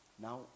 Now